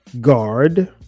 guard